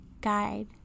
guide